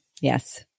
Yes